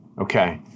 Okay